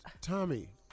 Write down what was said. Tommy